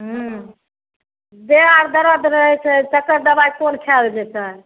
ह्म्म देह हाथ दर्द रहै छै तकर दवाइ कोन खायल जेतै